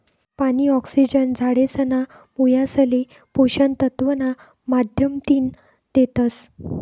पानी, ऑक्सिजन झाडेसना मुयासले पोषक तत्व ना माध्यमतीन देतस